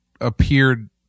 appeared